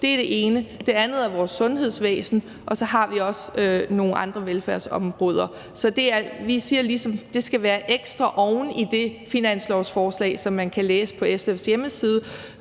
Det er det ene. Det andet er vores sundhedsvæsen. Og så har vi også nogle andre velfærdsområder. Så vi siger, at det skal være ekstra oven i det finanslovsforslag, som man kan læse på SF's hjemmeside,